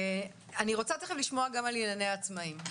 אני רוצה תיכף לשמוע גם על ענייני העצמאים.